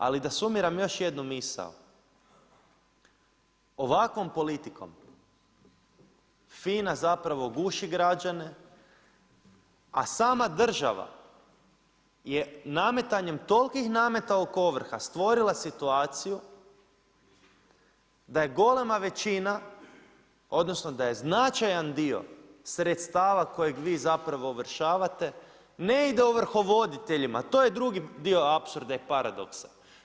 Ali, da sumiram još jednu misao, ovakvom politikom, FINA zapravo guši građane, a sama država, je nametanjem tolikih nameta oko ovrha, stvorila situaciju, da golema većina, odnosno, da je značajan dio sredstava kojeg vi zapravo dovršavate ne ide ovrhovoditeljima, to je drugi dio apsurde paradoksa.